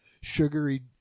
sugary